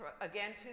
Again